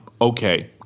okay